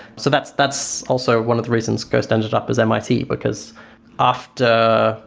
so that's that's also one of the reasons ghost ended up as mit, because after,